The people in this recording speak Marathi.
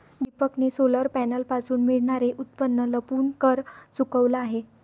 दीपकने सोलर पॅनलपासून मिळणारे उत्पन्न लपवून कर चुकवला आहे